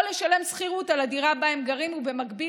או לשלם שכירות על הדירה שבה הם גרים ובמקביל